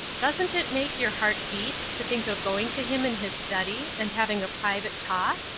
doesn't it make your heart beat to think of going to him in his study, and having a private talk?